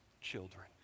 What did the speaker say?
children